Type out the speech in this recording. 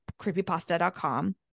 creepypasta.com